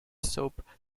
soap